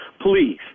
please